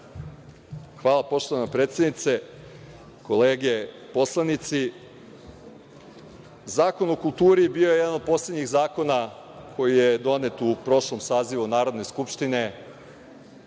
Hvala, poštovana predsednice, kolege poslanici. Zakon o kulturi bio je jedan od poslednjih zakona koji je donet u prošlom sazivu Narodne skupštine.